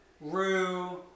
Rue